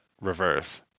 reverse